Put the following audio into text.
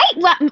right